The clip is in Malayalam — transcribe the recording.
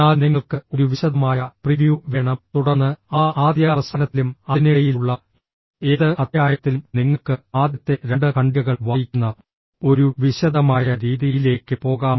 എന്നാൽ നിങ്ങൾക്ക് ഒരു വിശദമായ പ്രിവ്യൂ വേണം തുടർന്ന് ആ ആദ്യ അവസാനത്തിലും അതിനിടയിലുള്ള ഏത് അധ്യായത്തിലും നിങ്ങൾക്ക് ആദ്യത്തെ രണ്ട് ഖണ്ഡികകൾ വായിക്കുന്ന ഒരു വിശദമായ രീതിയിലേക്ക് പോകാം